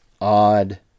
odd